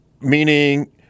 meaning